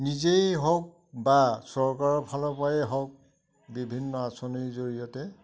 নিজেই হওক বা চৰকাৰৰ ফালৰ পৰাই হওক বিভিন্ন আঁচনিৰ জৰিয়তে